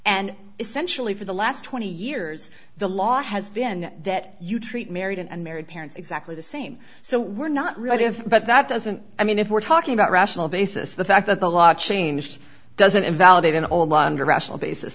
and essentially for the last twenty years the law has been that you treat married and unmarried parents exactly the same so we're not really if but that doesn't i mean if we're talking about rational basis the fact that the law changed doesn't invalidate in all london rational basis